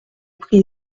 prix